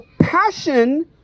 Passion